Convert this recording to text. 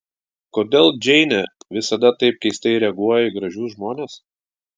kodėl džeinė visada taip keistai reaguoja į gražius žmones